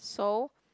so